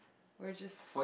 we're just